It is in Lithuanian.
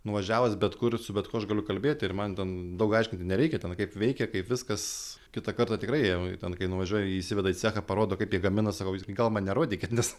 nuvažiavus bet kur su bet kuo aš galiu kalbėti ir man ten daug aiškinti nereikia ten kaip veikia kaip viskas kitą kartą tikrai jau ten kai nuvažiuoji įsiveda į cechą parodo kaip jie gamina sakau jūs gal man nerodykit nes